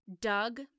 Doug